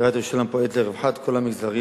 עיריית ירושלים פועלת לרווחת כל המגזרים,